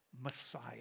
Messiah